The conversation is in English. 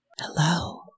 Hello